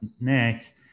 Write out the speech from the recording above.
neck